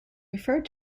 referred